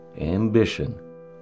ambition